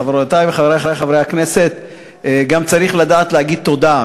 חברותי וחברי הכנסת, צריך גם לדעת להגיד תודה.